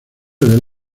del